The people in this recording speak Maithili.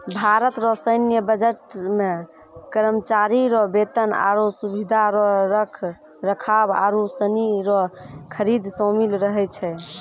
भारत रो सैन्य बजट मे करमचारी रो बेतन, आरो सुबिधा रो रख रखाव आरू सनी रो खरीद सामिल रहै छै